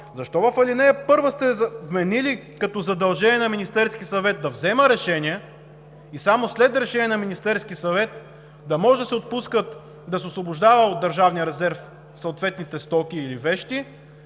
Защо в ал. 1 сте вменили като задължение на Министерския съвет да взема решения и само след решение на Министерския съвет да може да се освобождават от Държавния резерв съответните стоки или вещи,